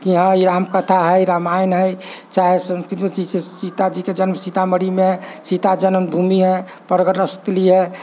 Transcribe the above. कि हँ ई राम कथा हइ रामायण हइ चाहे संस्कृति जे सीताजीके जन्म सीतामढ़ीमे सीता जन्मभूमि हइ प्रकटस्थली हइ